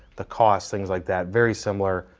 the cost, things like that. very similar.